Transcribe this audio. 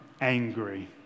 angry